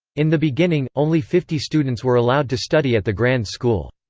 in the beginning, only fifty students were allowed to study at the grand school.